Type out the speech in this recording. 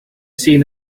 seen